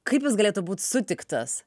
kaip jis galėtų būt sutiktas